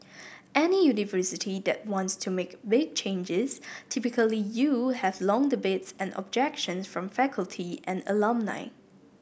any university that wants to make big changes typically you have long debates and objections from faculty and alumni